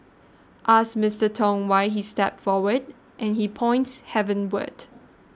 ask Mister Tong why he stepped forward and he points heavenwards